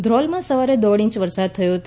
ધ્રોલમાં સવારે દોઢ ઇંચ વરસાદ થયો હતો